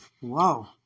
Whoa